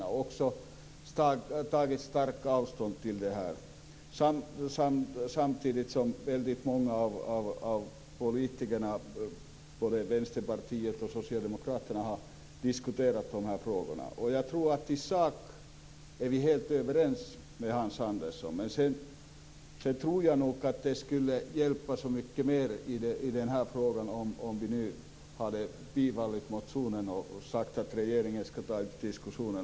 De har också tagit starkt avstånd från detta, samtidigt som väldigt många politiker i både Vänsterpartiet och Socialdemokraterna diskuterat de här frågorna. Jag tror att vi i sak är helt överens med Hans Andersson. Det skulle också ha hjälpt till mycket mer i den här frågan, om ni hade tillstyrkt motionen och sagt att regeringen skall ta upp diskussioner.